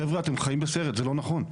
חבר'ה אתם חיים בסרט, זה לא נכון.